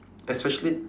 especially